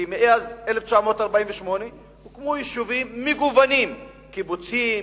כי מאז 1948 הוקמו יישובים מגוונים: קיבוצים,